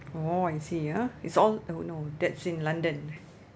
orh I see ya it's all oh no that's in london